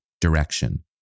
direction